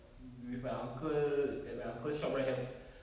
with my uncle at my uncle's shop right hel~